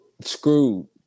screwed